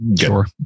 Sure